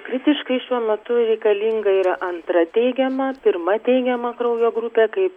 kritiškai šiuo metu reikalinga yra antra teigiama pirma teigiama kraujo grupė kaip